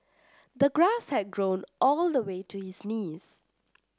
the grass had grown all the way to his knees